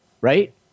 Right